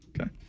Okay